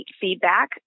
feedback